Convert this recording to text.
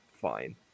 fine